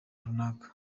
runaka